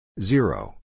Zero